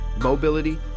mobility